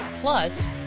Plus